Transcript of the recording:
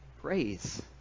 Praise